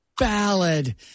Ballad